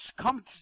come